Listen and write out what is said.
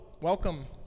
welcome